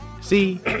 See